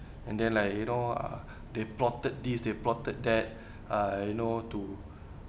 and then like you know uh they plotted this they plotted that uh you know to